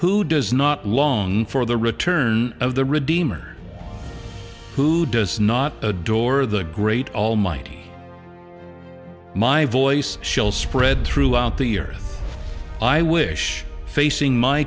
who does not long for the return of the redeemer who does not adore the great almighty my voice shall spread throughout the earth i wish facing my